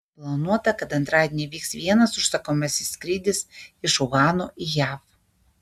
planuota kad antradienį įvyks vienas užsakomasis skrydis iš uhano į jav